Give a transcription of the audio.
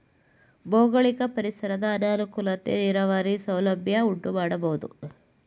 ಭೌಗೋಳಿಕ ಪರಿಸರದ ಅನಾನುಕೂಲತೆ ನೀರಾವರಿ ಸೌಲಭ್ಯ ಉಂಟುಮಾಡಬೋದು